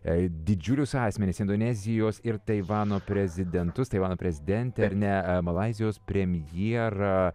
didžiulius asmenys indonezijos ir taivano prezidentus taivano prezidentę ar ne malaizijos premjerą